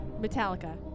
Metallica